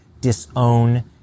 disown